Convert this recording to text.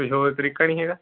ਕੋਈ ਹੋਰ ਤਰੀਕਾ ਨਹੀਂ ਹੈਗਾ